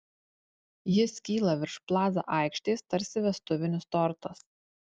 jis kyla virš plaza aikštės tarsi vestuvinis tortas